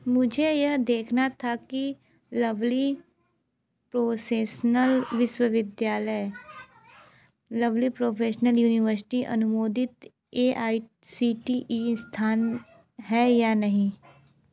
मुझे यह देखना था कि लवली प्रोसेसनल विश्वविद्यालय लवली प्रोफ़ेशनल यूनिवर्सटी अनुमोदित A I C T E स्थान है या नहीं